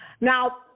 Now